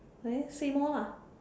then say more lah